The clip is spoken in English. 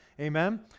Amen